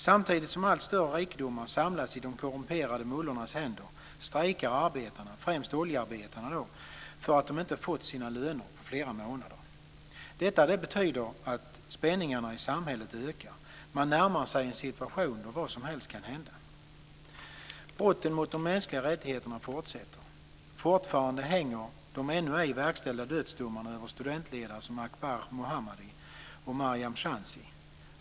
Samtidigt som allt större rikedomar samlas i de korrumperade mullornas händer strejkar arbetarna - främst oljearbetarna - för att de inte fått sina löner på flera månader. Detta betyder att spänningarna i samhället ökar. Man närmar sig en situation där vad som helst kan hända. Brotten mot de mänskliga rättigheterna fortsätter. Fortfarande hänger de ännu ej verkställda dödsdomarna över studentledare som Akbar Muhammadi och Mariam Shansi.